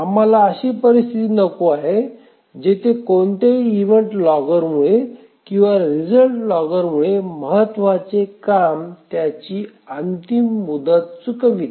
आम्हाला अशी परिस्थिती नको आहे जेथे कोणत्याही इव्हेंट लॉगरमुळे किंवा रिझल्ट लॉगरमुळे महत्वाचे काम त्याची अंतिम मुदत चुकवते